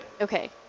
Okay